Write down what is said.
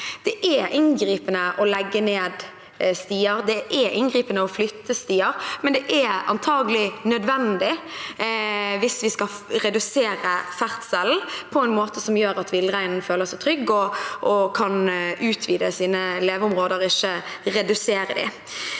Det er inngripende å legge ned stier, det er inngripende å flytte stier, men det er antakeligvis nødvendig hvis vi skal redusere ferdselen på en måte som gjør at villreinen føler seg trygg og kan utvide sine leveområder, ikke redusere dem.